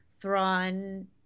Thrawn